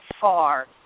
far